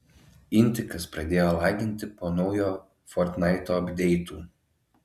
intikas pradėjo laginti po naujo fortnaito apdeitų